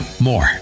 more